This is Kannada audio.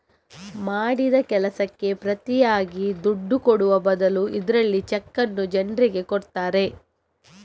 ಮಾಡಿದ ಕೆಲಸಕ್ಕೆ ಪ್ರತಿಯಾಗಿ ದುಡ್ಡು ಕೊಡುವ ಬದಲು ಇದ್ರಲ್ಲಿ ಚೆಕ್ಕನ್ನ ಜನ್ರಿಗೆ ಕೊಡ್ತಾರೆ